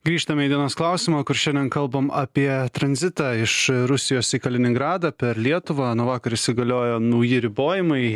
grįžtame į dienos klausimą kur šiandien kalbam apie tranzitą iš rusijos į kaliningradą per lietuvą nuo vakar įsigaliojo nauji ribojimai